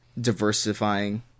diversifying